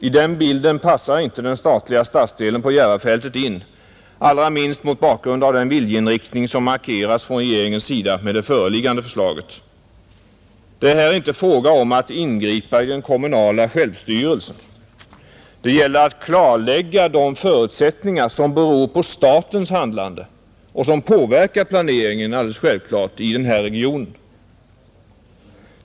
I den bilden passar inte den statliga stadsdelen på Järvafältet in, allra minst mot bakgrund av den viljeinriktning som markeras från regeringens sida med det föreliggande förslaget. Det är här inte fråga om att ingripa i den kommunala självstyrelsen. Det gäller att klarlägga de förutsättningar som beror på statens handlande och som självklart påverkar planeringen inom regionen.